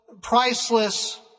priceless